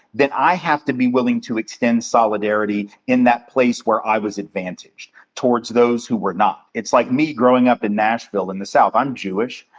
then i have to be willing to extend solidarity in that place where i was advantaged towards those who were not. it's like me growing up in nashville in the south. i'm jewish,